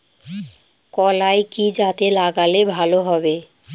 কলাই কি জাতে লাগালে ভালো হবে?